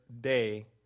day